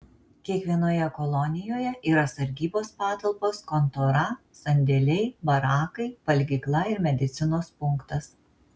kiekvienoje kolonijoje yra sargybos patalpos kontora sandėliai barakai valgykla ir medicinos punktas